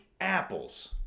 apples